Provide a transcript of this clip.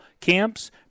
camps